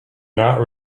not